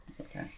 Okay